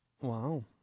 wow